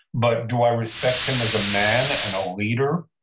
but do i respect him as a man and a leader?